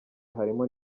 harimo